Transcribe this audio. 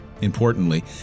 Importantly